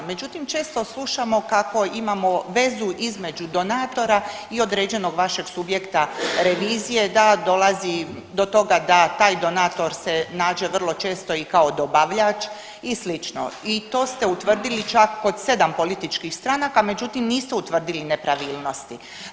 Međutim, često slušamo kako imamo vezu između donatora i određenog vašeg subjekta revizije da dolazi do toga da taj donator se nađe vrlo često i kao dobavljač i sl. i to ste utvrdili čak kod sedam političkih stranaka, međutim niste utvrdili nepravilnosti.